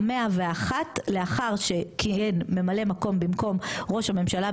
101 לאחר שכיהן ממלא מקום במקום ראש הממשלה,